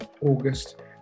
August